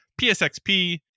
PSXP